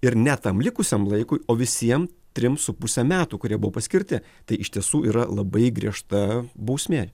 ir ne tam likusiam laikui o visiem trim su puse metų kurie buvo paskirti tai iš tiesų yra labai griežta bausmė